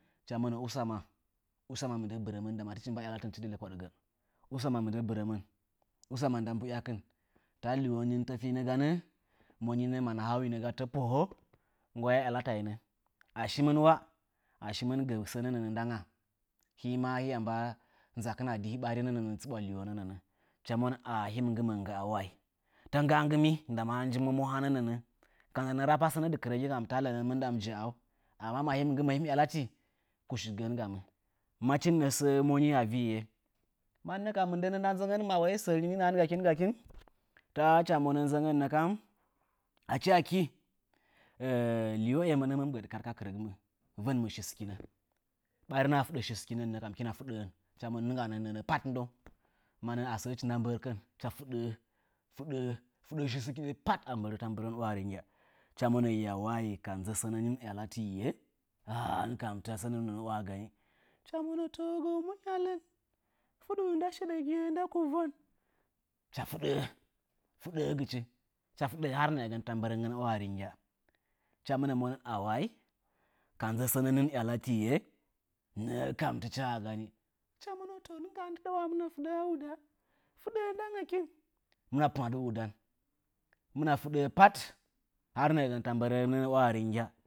Hɨchə monə usəmə, usəmə mɨnɗə ɓɨrəmən usəmə nɗə mɓwyəkɨn tə lɨwo ɓrəmənɨɨ təfɨnə gənə monɨnə mə nəhəw nə gətə pohə monɨnə nggwə yələtəɨnə əshɨmɨn wəə əshɨmɨn gəmɨn sənə nɗə ngə hɨmə hɨyə mɓə nzəkɨn əɗɨ ɓərɨmənə tsɨɓwə lɨwonə, hɨɗɨə monə əl hɨm nggenəə nggəɨ wə tə nggwə nggɨmɨ nɗə mə hɨm njɨ mwəmo hənə nənənə. ko nɗənə təpə sənə ɗɨ kɨrəgɨ kəm tə lənən mɨnɗə mɨ jəɓru əmmə mə hɨm nggɨmə hɨm yələtɨ kus gəngəmə, məchɨnnə səə monɨ ə vɨye, mənnə kəm mɨnɗənə nɗə nzəngən mə wəɨ sərɨnɨ nəhən gəkɨn gəkɨn, tə hɨchə mwənə nzəngən nəkəm əchɨ əkɨ vɨnəmɨn memɓɨlkəte kɨrəngɨ von mɨn sɨsɨkɨngən ɓərɨnə fɨɗə sosɨkɨnə nənəkəm lɨkɨnə fɨɗəən hɨkɨnə monə nɨggənə nəə pət nɗong mənə əsə hɨchɨ nɗə mɓərkɨn hɨche nggɨrə lɨtchə fɨɗəə fɨɗəə sɨssɨkɨtə pət ə nuɓərə tə mɓərən wəə rɨngyə hɨchə monəyə wəɨ kə nzə sənə nɨn yələtɨyunə, hɨchə monə hɨn kəm tə sənə wəə gənɨ, hɨchə monə tou gəu mungyələn, fɨɗɨu nɗə sheɗəgɨye nɗə kɨvwən, hɨche fɨɗəə, fɨɗəə gɨchɨ hər nəə tə nɨɓərəngən wəə rɨngə, hɨchə mɨnə mɨnən ə wəɨ kə ɗzɨ səɨnə nɨn yətə tɨye, nəəkəm tɨchə gənɨ, hɨchə monə nɨnggoə nɗə nəə wəmme fɨɗəə wɗə, fɨɗəə nɗəngənkɨn hɨngyə pun əɗɨuɗən, hɨurə fɨɗə pət hər nəəgən tə mɓərən wə rɨngyə.